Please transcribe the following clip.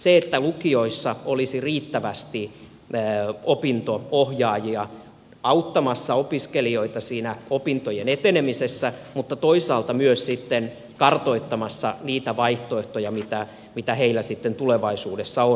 se että lukioissa olisi riittävästi opinto ohjaajia auttamassa opiskelijoita siinä opintojen etenemisessä mutta toisaalta myös sitten kartoittamassa niitä vaihtoehtoja mitä heillä sitten tulevaisuudessa on